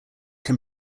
can